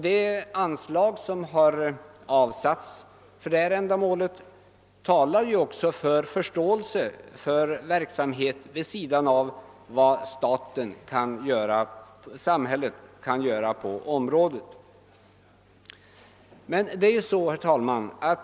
Det anslag som har avsatts för ändamålet visar ju också att man har förståelse för verksamhet vid sidan av vad samhället kan göra på detta område. Herr talman!